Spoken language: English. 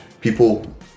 people